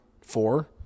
Four